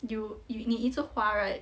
you you 你一直花 right